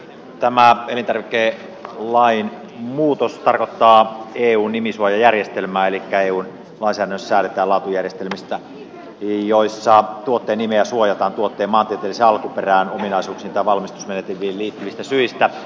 tämä elintarvikelain muutos tarkoittaa eun nimisuojajärjestelmää elikkä eun lainsäädännössä säädetään laatujärjestelmistä joissa tuotteen nimeä suojataan tuotteen maantieteelliseen alkuperään ominaisuuksiin tai valmistusmenetelmiin liittyvistä syistä